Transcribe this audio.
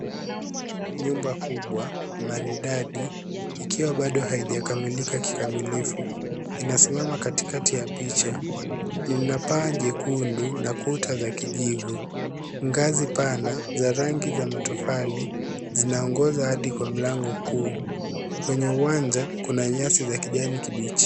Nyumba kubwa maridadi ikiwa bado haijakamilika kikamilifu inasimama kati kati ya picha, ina paa jekundu na kuta za kijivu. Ngazi pana za rangi za matofali zinaongoza hadi kwa mlango kuu. Kwenye uwanja kuna nyasi za kijani kibichi.